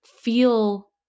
feel